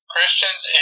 Christians